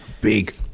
big